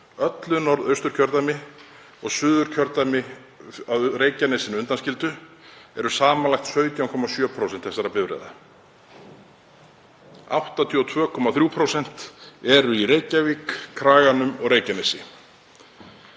öllu Norðausturkjördæmi og Suðurkjördæmi, að Reykjanesskaga undanskildum, eru samanlagt 17,7% þessara bifreiða. 82,3% eru í Reykjavík, kraganum og á Reykjanesskaga.